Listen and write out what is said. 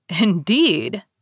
Indeed